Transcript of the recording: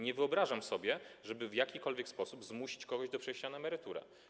Nie wyobrażam sobie, żeby w jakikolwiek sposób zmusić kogoś do przejścia na emeryturę.